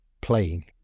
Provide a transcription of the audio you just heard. playing